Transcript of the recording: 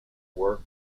work